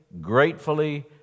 gratefully